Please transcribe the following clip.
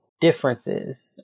differences